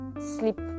sleep